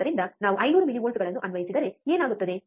ಆದ್ದರಿಂದ ನಾವು 500 ಮಿಲಿವೋಲ್ಟ್ಗಳನ್ನು ಅನ್ವಯಿಸಿದರೆ ಏನಾಗುತ್ತದೆ